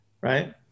Right